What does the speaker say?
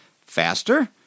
faster